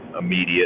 immediate